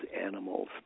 animals